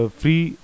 free